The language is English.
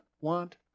want